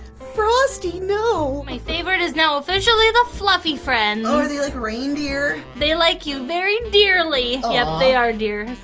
frosty! nooo! my favorite is now officially the fluffy friends. are they like reindeer? they like you very deerly yep, they are deer.